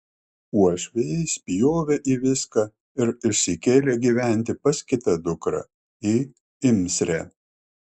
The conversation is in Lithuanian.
uošviai spjovė į viską ir išsikėlė gyventi pas kitą dukrą į imsrę